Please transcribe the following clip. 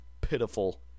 pitiful